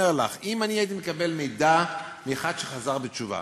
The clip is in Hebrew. אומר לך: אם אני הייתי מקבל מידע מאחד שחזר בתשובה,